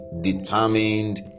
determined